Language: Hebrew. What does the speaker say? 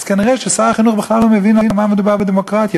אז כנראה שר החינוך בכלל לא מבין על מה מדובר בדמוקרטיה,